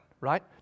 right